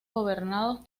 gobernados